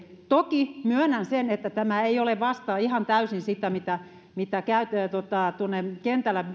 toki myönnän sen että tämä ei ihan täysin vastaa sitä mitä mitä kentällä